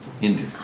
India